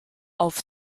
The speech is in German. auf